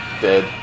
Dead